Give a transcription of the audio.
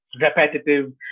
repetitive